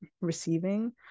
receiving